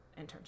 internship